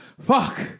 Fuck